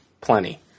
plenty